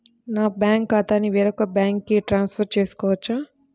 నా బ్యాంక్ ఖాతాని వేరొక బ్యాంక్కి ట్రాన్స్ఫర్ చేయొచ్చా?